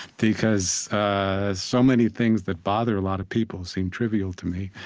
because so many things that bother a lot of people seem trivial to me.